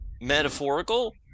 metaphorical